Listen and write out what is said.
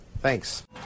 Thanks